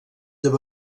dels